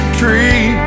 tree